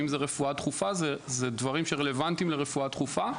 אם זאת רפואה דחופה זה דברים שהם רלוונטיים לרפואה דחופה,